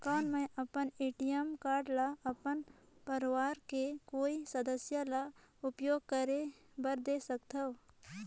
कौन मैं अपन ए.टी.एम कारड ल अपन परवार के कोई सदस्य ल उपयोग करे बर दे सकथव?